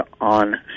on